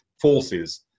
forces